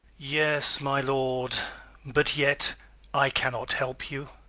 yes, my lord but yet i cannot helpe you